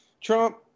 Trump